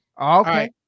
Okay